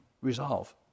resolve